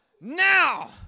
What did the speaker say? now